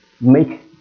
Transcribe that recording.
make